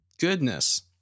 goodness